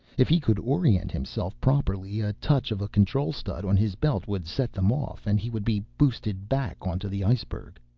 if he could orient himself properly, a touch of a control stud on his belt would set them off, and he would be boosted back onto the iceberg.